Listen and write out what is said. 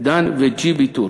"דן" ו"ג'י.בי טורס"